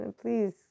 Please